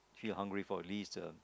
feel hungry for at least uh